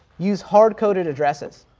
use hard coded addresses,